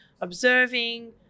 observing